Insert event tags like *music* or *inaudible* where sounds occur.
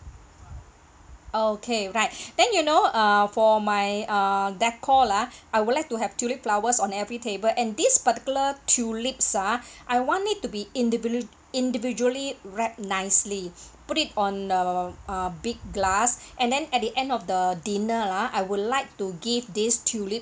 okay right *breath* then you know uh for my uh decor lah I would like to have tulip flowers on every table and this particular tulips ah *breath* I want it to be indivi~ individually wrap nicely put it on the uh big glass and then at the end of the dinner ah I would like to give this tulip